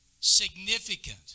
Significant